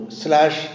slash